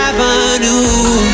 Avenue